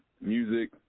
music